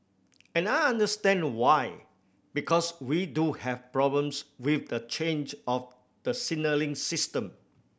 and I understand why because we do have problems with the change of the signalling system